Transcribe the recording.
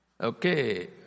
Okay